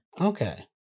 Okay